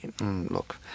look